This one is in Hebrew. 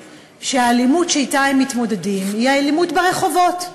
שהאלימות שאתה הם מתמודדים היא האלימות ברחובות.